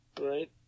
right